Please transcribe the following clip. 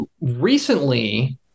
recently